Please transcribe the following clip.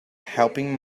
helping